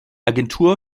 agentur